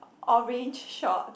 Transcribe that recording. orange shorts